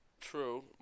True